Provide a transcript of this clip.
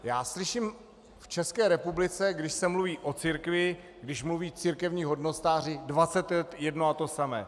Já slyším v České republice, když se mluví o církvi, když mluví církevní hodnostáři, dvacet let jedno a to samé.